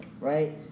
Right